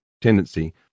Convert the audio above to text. tendency